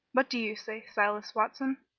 what do you say, silas watson?